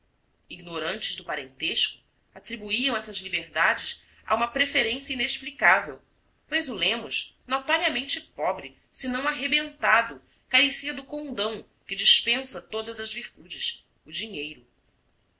ignorantes do parentesco atribuíam essas liberdades a uma preferência inexplicável pois o lemos notoriamente pobre se não arrebentado carecia do condão que dispensa todas as virtudes o dinheiro